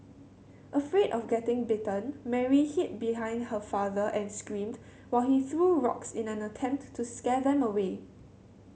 afraid of getting bitten Mary hid behind her father and screamed while he threw rocks in an attempt to scare them away